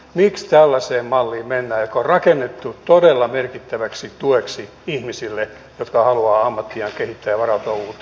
miksi mennään ajamaan alas tällainen malli joka on rakennettu todella merkittäväksi tueksi ihmisille jotka haluavat ammattiaan kehittää ja varautua uuteen